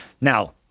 Now